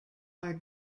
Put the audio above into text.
are